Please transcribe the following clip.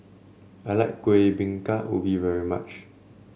I like Kuih Bingka Ubi very much